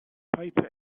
paper